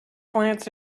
glance